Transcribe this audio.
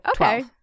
Okay